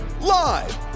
live